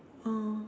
oh